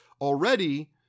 already